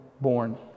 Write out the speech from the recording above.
born